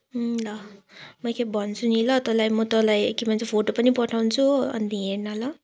ल म एकखेप भन्छु नि त तँलाई म तँलाई के भन्छ फोटो पनि पठाउँछु हो अनि त्यहाँ हेर् न ल